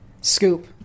Scoop